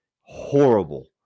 Horrible